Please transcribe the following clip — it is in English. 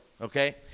okay